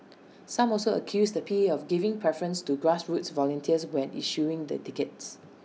some also accused the P A of giving preference to grassroots volunteers when issuing the tickets